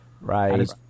Right